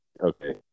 Okay